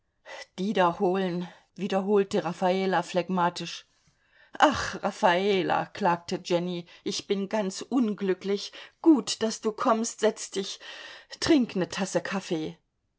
dieder holen wiederholte raffala phlegmatisch ach raffala klagte jenny ich bin ganz unglücklich gut daß du kommst setz dich trink ne tasse kaffee